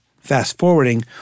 fast-forwarding